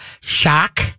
Shock